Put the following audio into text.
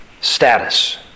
status